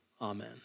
Amen